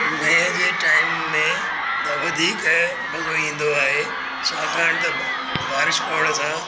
मींहं जे टाइम में त वधीक मज़ो ईंदो आहे छाकाणि त बारिश पवण सां